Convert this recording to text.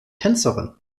tänzerin